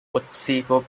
otsego